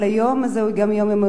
אבל היום הזה הוא גם מיוחד,